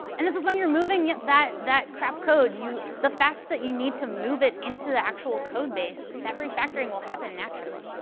and this is when you're moving that that crap code, the fact that you need to move it into the actual codebase, that refactoring will happen naturally.